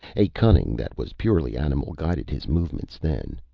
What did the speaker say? a cunning that was purely animal guided his movements then.